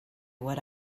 what